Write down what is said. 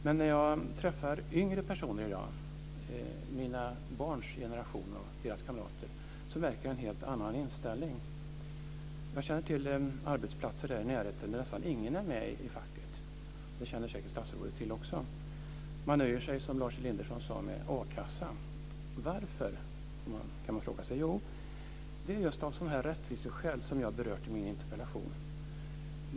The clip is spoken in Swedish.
Men när jag träffar yngre personer, i mina barns generation, märker jag en helt annan inställning. Jag känner till arbetsplatser där nästan ingen är med i facket, och det gör säkert statsrådet också. De nöjer sig, som Lars Elinderson sade, med akassan. Varför? kan man fråga sig. Jo, det är av sådana rättviseskäl som jag har berört i min interpellation.